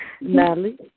Natalie